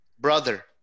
brother